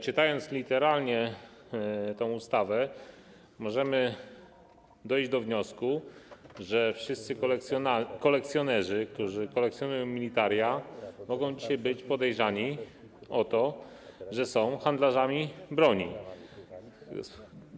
Czytając literalnie tę ustawę, możemy dojść do wniosku, że wszyscy kolekcjonerzy, którzy kolekcjonują militaria, mogą być podejrzani o to, że są handlarzami bronią.